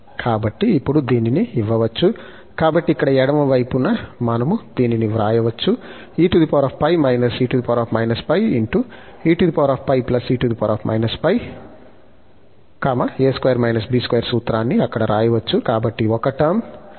కాబట్టి ఇప్పుడు దీనిని ఇవ్వవచ్చు కాబట్టి ఇక్కడ ఎడమ వైపున మనము దీనిని వ్రాయవచ్చు a2 b2 సూత్రాన్ని అక్కడ రాయవచ్చు